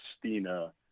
Christina